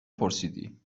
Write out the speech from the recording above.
پرسیدی